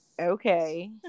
okay